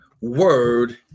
word